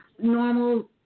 normal